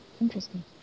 Interesting